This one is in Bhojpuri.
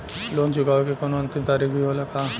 लोन चुकवले के कौनो अंतिम तारीख भी होला का?